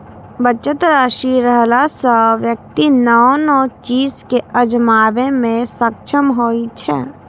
बचत राशि रहला सं व्यक्ति नव नव चीज कें आजमाबै मे सक्षम होइ छै